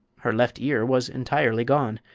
her left ear was entirely gone,